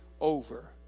over